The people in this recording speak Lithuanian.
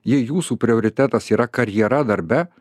jei jūsų prioritetas yra karjera darbe